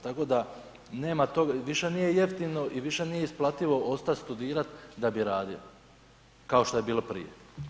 Tako da nema tog, više nije jeftino i više nije isplativo ostat studirat da bi radio, kao što je bilo prije.